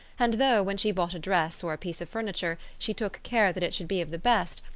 and though, when she bought a dress or a piece of furniture, she took care that it should be of the best,